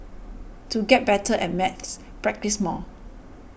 to get better at maths practise more